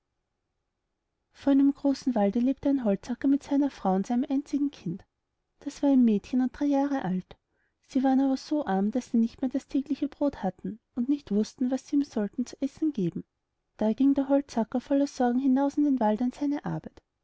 vor einem großen walde lebte ein holzhacker mit seiner frau und seinem einzigen kind das war ein mädchen und drei jahr alt sie waren aber so arm daß sie nicht mehr das tägliche brot hatten und nicht wußten was sie ihm sollten zu essen geben da ging der holzhacker voller sorgen hinaus in den wald an seine arbeit